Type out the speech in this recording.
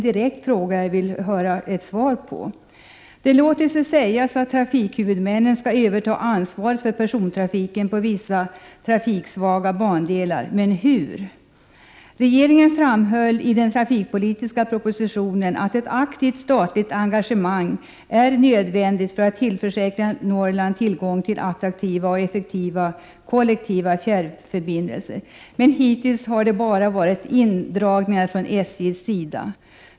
Det låter sig sägas att trafikhuvudmännen skall överta ansvaret för persontrafiken på vissa trafiksvaga bandelar. Regeringen framhöll i den trafikpolitiska propositionen att ett aktivt statligt engagemang är nödvändigt för att tillförsäkra Norrland tillgång till attraktiva och effektiva kollektiva fjärrförbindelser. Hittills har det emellertid bara skett indragningar från SJ:s sida.